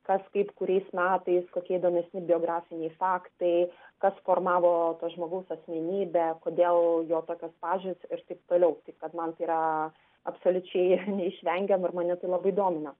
kas kaip kuriais metais kokie įdomesni biografiniai faktai kas formavo to žmogaus asmenybę kodėl jo tokios pažiūros ir taip toliau taip kad man tai yra absoliučiai neišvengiama ir mane tai labai domina